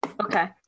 Okay